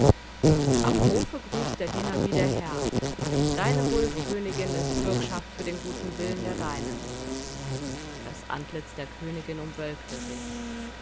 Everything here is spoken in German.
am hofe grüßt der diener wie der herr deine huld königin ist bürgschaft für den guten willen der deinen das antlitz der königin umwölkte sich